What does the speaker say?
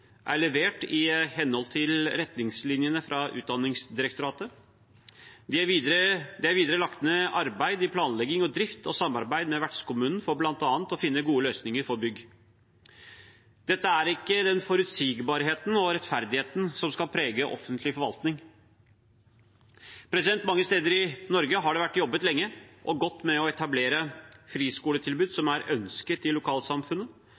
er levert i henhold til retningslinjene fra Utdanningsdirektoratet. Det er videre lagt ned arbeid i planlegging og drift og samarbeid med vertskommunen for bl.a. å finne gode løsninger for bygg. Dette er ikke den forutsigbarheten og rettferdigheten som skal prege offentlig forvaltning. Mange steder i Norge har det vært jobbet lenge og godt med å etablere friskoletilbud som er ønsket i lokalsamfunnet